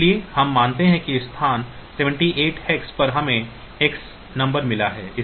इसलिए हम मानते हैं कि स्थान 78 hex पर हमें X नंबर मिला है